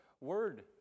word